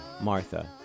Martha